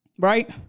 Right